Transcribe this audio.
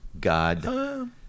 God